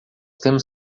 temos